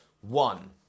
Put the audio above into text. One